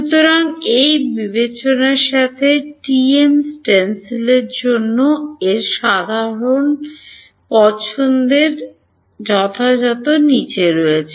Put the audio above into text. সুতরাং এই বিবেচনার সাথে টিএম স্টেনসিলের জন্য এর সাধারণ ধরণের পছন্দ যথাযথভাবে নীচে রয়েছে